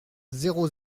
zéro